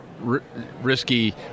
risky